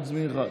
חוץ מאחד.